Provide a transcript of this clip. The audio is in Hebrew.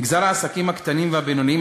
מגזר העסקים הקטנים והבינוניים,